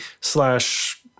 slash